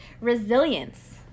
resilience